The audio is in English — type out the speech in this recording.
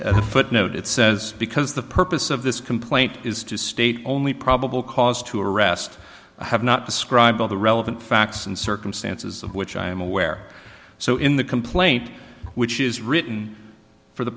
as a footnote it says because the purpose of this complaint is to state only probable cause to arrest i have not described all the relevant facts and circumstances of which i am aware so in the complaint which is written for the